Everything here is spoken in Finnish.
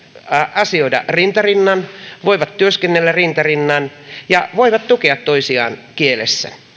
asioida rinta rinnan voivat työskennellä rinta rinnan ja voivat tukea toisiaan kielessä